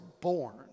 born